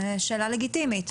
שאלה לגיטימית.